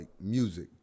music